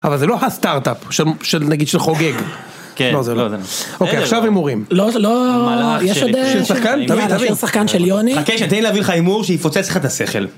אבל זה לא ה-סטארט-אפ, נגיד של חוגג. כן. לא, זה לא. אוקיי, עכשיו הימורים. לא, לא, יש עוד... של שחקן? תביא, תביא. יש עוד שחקן של יוני. חכה שתן לי להביא לך הימור שיפוצץ לך את השכל.